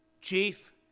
chief